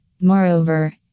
Moreover